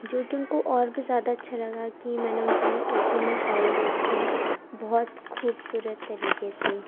جو کہ ان کو اور بھی زیادہ اچھا لگا کہ میں نے ان کے لیے اردو میں شاعری لکھی بہت خوبصورت طریقے سے